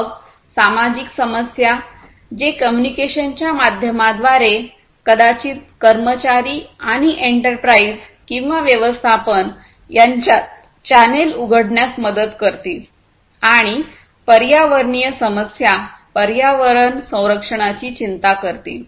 मग सामाजिक समस्या जे कम्युनिकेशन च्या माध्यमांद्वारे कदाचित कर्मचारी आणि एंटरप्राइझ किंवा व्यवस्थापन यांच्यात चॅनेल उघडण्यास मदत करतील आणि पर्यावरणीय समस्या पर्यावरण संरक्षणाची चिंता करतील